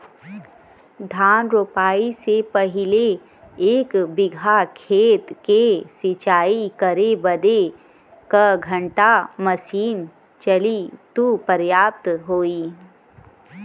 धान रोपाई से पहिले एक बिघा खेत के सिंचाई करे बदे क घंटा मशीन चली तू पर्याप्त होई?